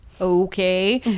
okay